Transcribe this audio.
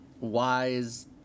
wise